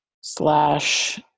slash